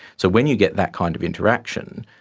so when you get that kind of interaction,